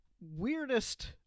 weirdest